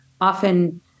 often